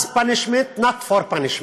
as punishment, not for punishment,